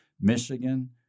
Michigan